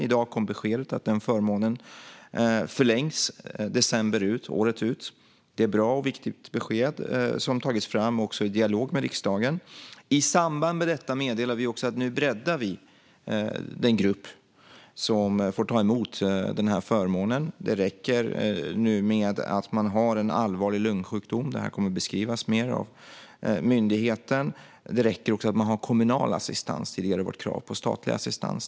I dag kom beskedet att förmånen förlängs året ut. Det är ett bra och viktigt besked, som också har tagits fram i dialog med riksdagen. I samband med detta meddelar vi att vi breddar den grupp som får ta emot förmånen. Det räcker nu att ha en allvarlig lungsjukdom. Det kommer att beskrivas mer av myndigheten. Det räcker också att man har kommunal assistans. Tidigare var det krav på statlig assistans.